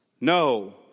No